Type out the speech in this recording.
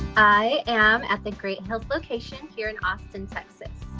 i am at the great hills location here in austin, texas.